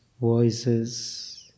voices